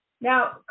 Now